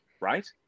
right